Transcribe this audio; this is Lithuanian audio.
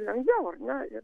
lengviau ar ne ir